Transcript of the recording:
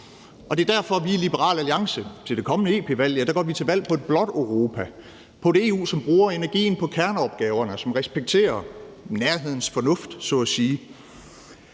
og det er derfor, at vi i Liberal Alliance til det kommende EP-valg går til valg på et blåt Europa; på et EU, som bruger energien på kerneopgaverne, og som respekterer nærhedens fornuft, så at sige.